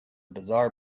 bizarre